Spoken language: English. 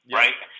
right